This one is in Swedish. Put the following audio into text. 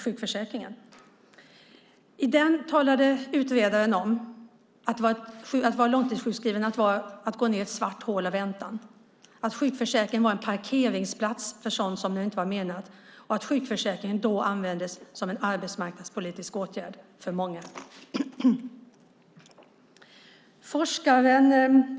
I Socialdemokraternas utredning talade utredaren om att detta att vara långtidssjukskriven var att gå ned i ett svart hål av väntan. Sjukförsäkringen var en parkeringsplats som den inte var menad att vara. Sjukförsäkringen användes som en arbetsmarknadspolitisk åtgärd för många.